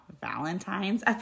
Valentine's